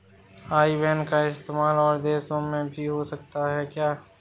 आई बैन का इस्तेमाल और देशों में भी हो सकता है क्या?